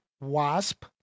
Wasp